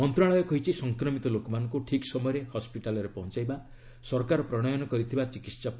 ମନ୍ତ୍ରଣାଳୟ କହିଛି ସଂକ୍ରମିତ ଲୋକମାନଙ୍କ ଠିକ୍ ସମୟରେ ହସ୍କିଟାଲରେ ପହଞ୍ଚାଇବା ସରକାର ପ୍ରଣୟନ କରିଥିବା ଚିକିିିି